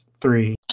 three